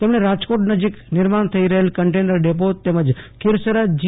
તેમણે રાજકોટ નજીક નિર્માણ થઇ રહેલ કન્ટેનર ડેપો તેમજ ખીરસરા જી